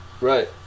right